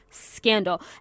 Scandal